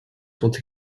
sont